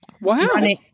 Wow